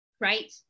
right